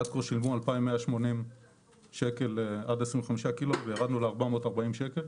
עד כה שילמו 2,180 שקלים עד 25 ק"ג וירדנו ל-440 שקלים.